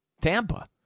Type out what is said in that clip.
Tampa